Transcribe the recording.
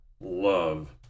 love